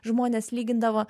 žmonės lygindavo